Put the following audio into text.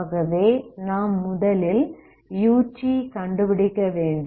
ஆகவே நாம் முதலில் ut கண்டுபிடிக்கவேண்டும்